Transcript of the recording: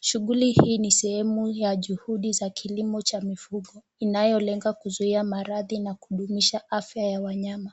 Shughuli hii ni sehemu ya juhudi za kilimo ya mifugo inayolenga kuzuia maradhi na kupitisha afya ya wanyama.